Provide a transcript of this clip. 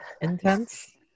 intense